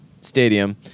stadium